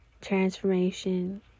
transformation